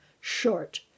short